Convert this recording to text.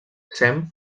sem